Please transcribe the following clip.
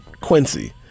Quincy